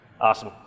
awesome